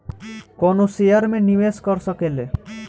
कवनो शेयर मे निवेश कर सकेल